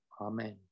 Amen